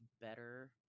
better